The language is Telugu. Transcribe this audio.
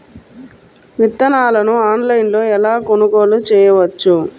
విత్తనాలను ఆన్లైనులో ఎలా కొనుగోలు చేయవచ్చు?